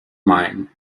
mine